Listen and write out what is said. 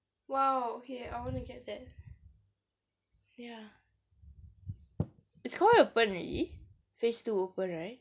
!wow! okay I wanna get that ya is koi open already phase two open right